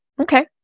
Okay